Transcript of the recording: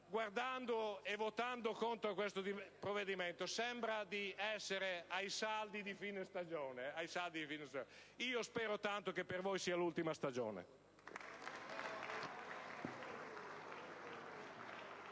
solo che, votando contro questo provvedimento sembra di essere ai saldi di fine stagione: spero tanto che per voi sia l'ultima stagione.